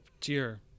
dear